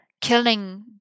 Killing